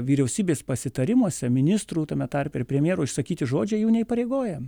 vyriausybės pasitarimuose ministrų tame tarpe ir premjero išsakyti žodžiai jų neįpareigoja